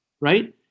right